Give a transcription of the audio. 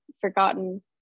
forgotten